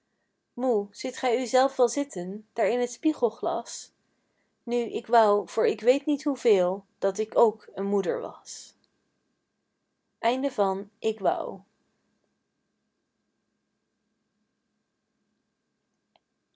moe ziet gij u zelv wel zitten daar in t spiegelglas nu ik wou voor k weet niet hoeveel dat ik ook een moeder was